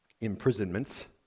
Imprisonments